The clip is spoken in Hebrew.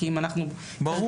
ברור.